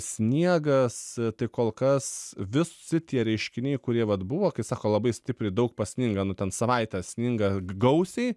sniegas tai kol kas visi tie reiškiniai kurie vat buvo kai sako labai stipriai daug pasninga nu ten savaitę sninga gausiai